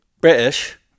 british